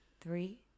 three